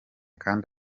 kandi